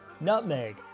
nutmeg